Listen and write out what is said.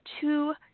two